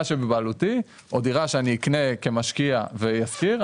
שבבעלותי או דירה שאני אקנה כמשקיע ואשכיר,